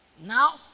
Now